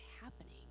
happening